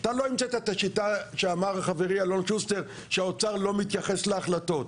אתה לא המצאת את השיטה שאמר חברי אלון שוסטר שהאוצר לא מתייחס להחלטות.